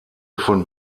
von